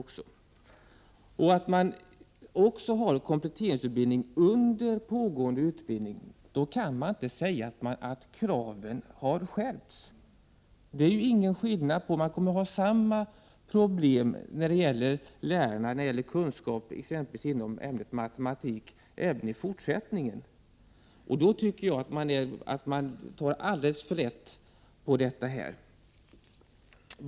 Man har också kompletteringsutbildning under pågående undervisning. Då kan man inte säga att kraven har skärpts. Vi kommer att ha samma problem beträffande lärarnas kunskaper exempelvis i ämnet matematik även i fortsättningen. Jag tycker att man tar allde!es för lätt på problemet.